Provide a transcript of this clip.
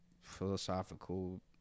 philosophical